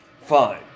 Fine